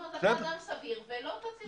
נו, אז אתה אדם סביר ולא תצהיר על זה.